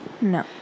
No